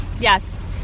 Yes